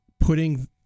Putting